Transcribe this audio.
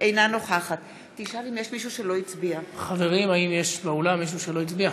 אינה נוכחת חברים, האם יש מישהו באולם שלא הצביע?